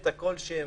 שהם